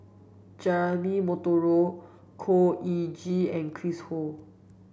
Jeremy Monteiro Khor Ean Ghee and Chris Ho